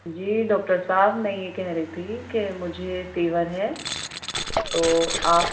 جی doctor صاحب میں یہ کہہ رہی تھی کہ مجھے فیور ہے تو آپ